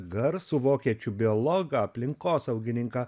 garsų vokiečių biologą aplinkosaugininką